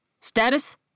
Status